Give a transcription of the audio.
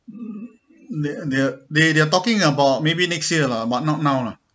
they're they're they they're talking about maybe next year lah but not now lah